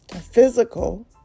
physical